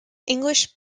english